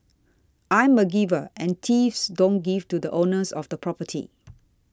I'm a giver and thieves don't give to the owners of the property